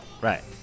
Right